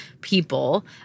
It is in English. people